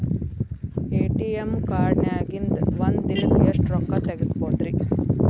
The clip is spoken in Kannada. ಎ.ಟಿ.ಎಂ ಕಾರ್ಡ್ನ್ಯಾಗಿನ್ದ್ ಒಂದ್ ದಿನಕ್ಕ್ ಎಷ್ಟ ರೊಕ್ಕಾ ತೆಗಸ್ಬೋದ್ರಿ?